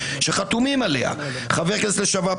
שחתומים עליה: חבר הכנסת לשעבר,